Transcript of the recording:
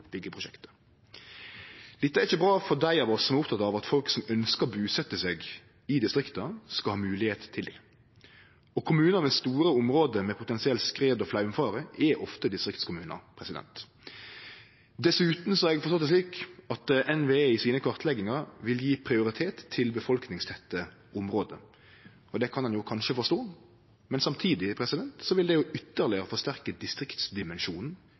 er ikkje bra for dei av oss som er opptekne av at folk som ønskjer å busetje seg i distrikta, skal ha moglegheit til det, og kommunar med store område med potensiell skred- og flaumfare er ofte distriktskommunar. Dessutan har eg forstått det slik at NVE i sine kartleggingar vil gje prioritet til folketette område. Det kan ein kanskje forstå, men samtidig vil det ytterlegare forsterke distriktsdimensjonen